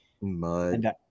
mud